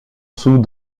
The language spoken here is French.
sous